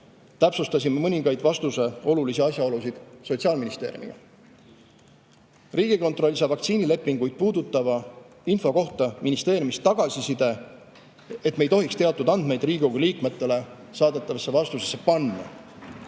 täpsustasime mõningaid vastuse olulisi asjaolusid Sotsiaalministeeriumiga. Riigikontroll sai vaktsiinilepinguid puudutava info kohta ministeeriumist tagasiside, et me ei tohiks teatud andmeid Riigikogu liikmetele saadetavasse vastusesse panna,